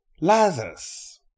Lazarus